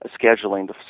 scheduling